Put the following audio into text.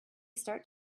start